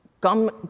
Come